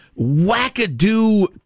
wackadoo